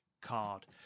card